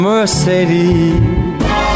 Mercedes